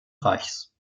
reichs